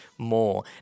More